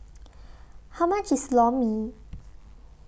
How much IS Lor Mee